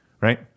right